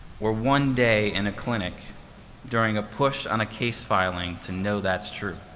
or one day in a clinic during a push on a case filing to know that's true.